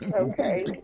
Okay